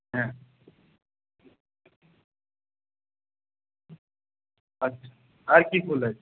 হ্যাঁ আচ্ছা আর কী ফুল আছে